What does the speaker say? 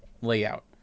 layout